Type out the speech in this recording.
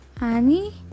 Ani